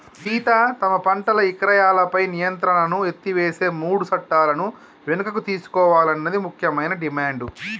సీత తమ పంటల ఇక్రయాలపై నియంత్రణను ఎత్తివేసే మూడు సట్టాలను వెనుకకు తీసుకోవాలన్నది ముఖ్యమైన డిమాండ్